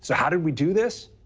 so how did we do this?